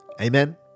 Amen